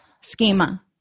schema